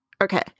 Okay